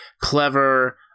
clever